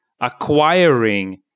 acquiring